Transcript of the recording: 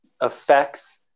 affects